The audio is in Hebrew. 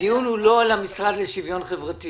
-- הדיון הוא לא על המשרד לשוויון חברתי.